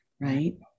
right